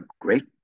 great